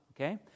Okay